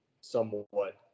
somewhat